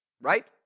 right